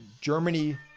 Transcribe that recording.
Germany